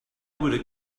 would